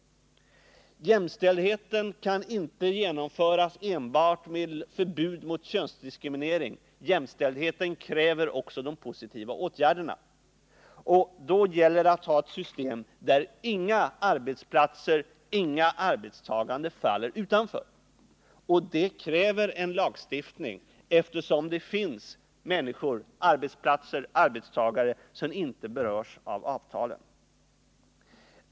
Jämställdheten kan inte genomföras enbart genom förbud mot könsdiskriminering. Jämställdheten kräver också de positiva åtgärderna, och då gäller det att ha ett system där inga arbetsplatser och inga arbetstagare faller utanför. För det krävs en lagstiftning, eftersom det finns människor, arbetsplatser och arbetstagare som inte berörs av avtalen.